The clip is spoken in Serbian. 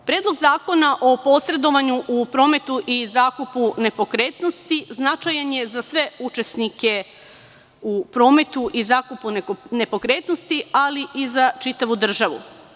Predlog zakona o posredovanju u prometu i zakupu nepokretnosti značajan je za sve učesnike u prometu i zakupu nepokretnosti, ali i za čitavu državu.